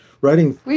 writing